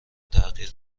تغییر